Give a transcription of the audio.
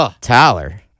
Tyler